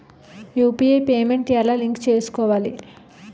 UPI payment ఎలా link చేసుకోవాలి?